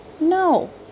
no